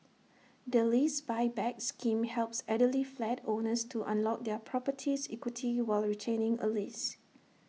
the lease Buyback scheme helps elderly flat owners to unlock their property's equity while retaining A lease